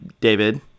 David